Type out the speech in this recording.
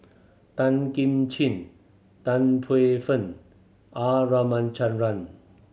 Tan Kim Ching Tan Paey Fern R Ramachandran